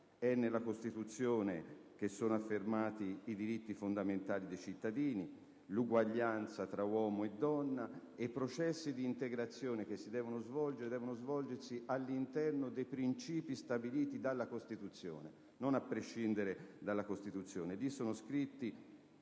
È nella Costituzione che sono affermati i diritti fondamentali dei cittadini, l'uguaglianza tra uomo e donna, e i processi di integrazione devono svolgersi all'interno dei principi stabiliti dalla Costituzione, non a prescindere dalla stessa.